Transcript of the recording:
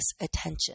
attention